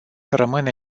rămâne